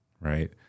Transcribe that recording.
right